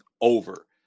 over